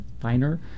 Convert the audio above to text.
finer